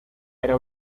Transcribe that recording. era